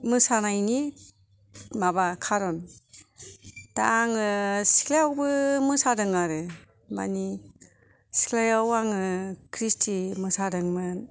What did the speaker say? मोसानायनि माबा खारन दा आङो सिख्लायावबो मोसादों आरो मानि सिख्लायाव आङो ख्रिष्टि मोसादोंमोन